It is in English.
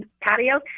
patio